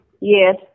Yes